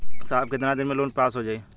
साहब कितना दिन में लोन पास हो जाई?